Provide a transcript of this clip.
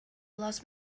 lost